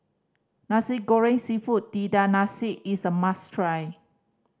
Nasi Goreng Seafood Tiga Rasa is a must try